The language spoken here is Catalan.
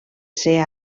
ser